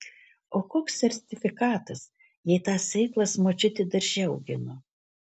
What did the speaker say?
o koks sertifikatas jei tas sėklas močiutė darže augino